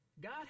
God